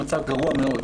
המצב גרוע מאוד.